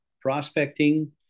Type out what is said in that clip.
prospecting